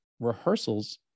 Rehearsals